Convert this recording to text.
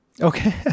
Okay